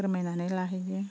फोरमायनानै लाहैयो